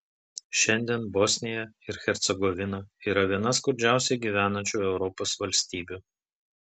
šiandien bosnija ir hercegovina yra viena skurdžiausiai gyvenančių europos valstybių